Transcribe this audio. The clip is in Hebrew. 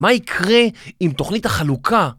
מה יקרה עם תוכנית החלוקה?